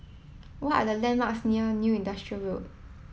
what are the landmarks near New Industrial Road